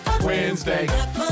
Wednesday